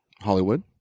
Hollywood